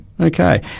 okay